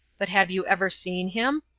but have you ever seen him?